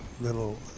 little